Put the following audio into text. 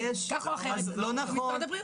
זה משרד הבריאות.